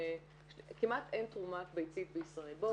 כמעט אין תרומת ביצית בישראל.